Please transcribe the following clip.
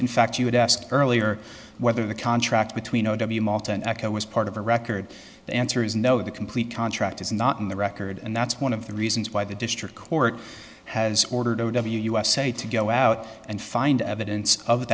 in fact you would ask earlier whether the contract between o w malta and aca was part of a record the answer is no the complete contract is not in the record and that's one of the reasons why the district court has ordered o w usa to go out and find evidence of